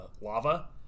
lava